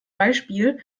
beispiel